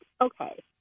okay